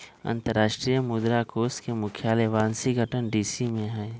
अंतरराष्ट्रीय मुद्रा कोष के मुख्यालय वाशिंगटन डीसी में हइ